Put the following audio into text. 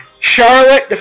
Charlotte